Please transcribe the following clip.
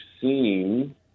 seen